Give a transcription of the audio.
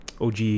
OG